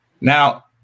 Now